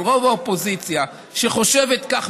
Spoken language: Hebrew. אבל רוב האופוזיציה שחושבת כך,